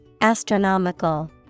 Astronomical